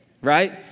right